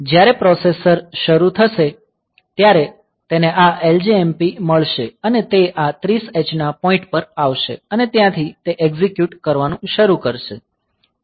જ્યારે પ્રોસેસર શરૂ થશે ત્યારે તેને આ LJMP મળશે અને તે આ 30h ના પોઈન્ટ પર આવશે અને ત્યાંથી તે એક્ઝેક્યુટ કરવાનું શરૂ કરશે